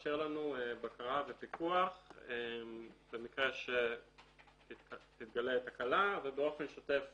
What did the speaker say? וזה מאפשר לנו בקרה ופיקוח במקרה שתתגלה תקלה ובאופן שוטף